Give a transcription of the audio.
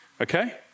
Okay